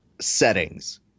settings